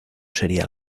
sería